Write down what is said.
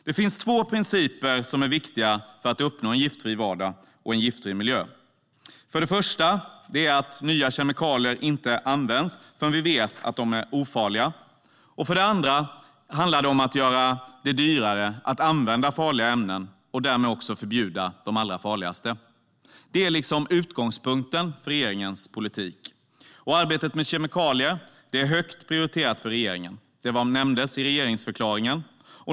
Det finns två principer som är viktiga för att uppnå en giftfri vardag och en giftfri miljö. Den första är att nya kemikalier inte används innan vi vet att de är ofarliga. Den andra är att göra det dyrare att använda farliga ämnen och förbjuda de allra farligaste. Det är utgångspunkten för regeringens politik. Arbetet med kemikalier är högt prioriterat för regeringen. Det nämndes i regeringsförklaringen.